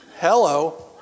Hello